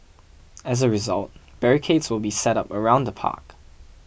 as a result barricades will be set up around the park